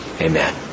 Amen